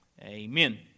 Amen